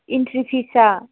entry फिसआ